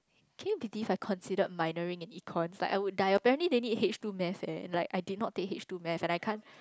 can you believe I considered minoring in like I would die apparently they need H two maths leh and I did not take H two maths and I can't